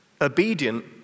obedient